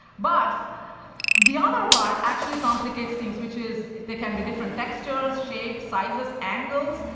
but the other part actually complicates things, which is if they can be different textures, shapes, sizes, angles,